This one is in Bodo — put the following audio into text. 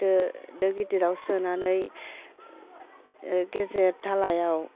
दो दो गिदिराव सोनानै गेजेर थालायाव